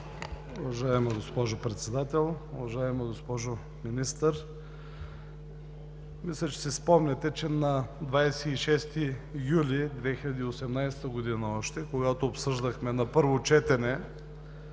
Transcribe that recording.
Уважаема госпожо Председател! Уважаема госпожо Министър, мисля, че си спомняте, че още на 26 юли 2018 г., когато обсъждахме на първо четене